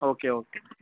okay okay